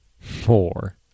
four